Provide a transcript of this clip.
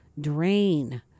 drain